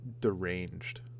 deranged